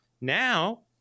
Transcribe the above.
Now